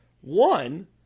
One